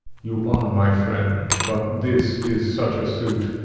you are my friend but this is such a suit,